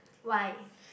why